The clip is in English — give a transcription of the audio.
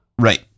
Right